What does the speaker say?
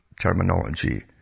terminology